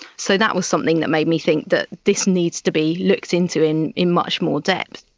so that was something that made me think that this needs to be looked into in in much more depth.